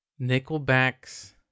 Nickelback's